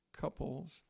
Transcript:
couples